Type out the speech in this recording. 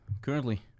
currently